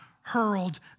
hurled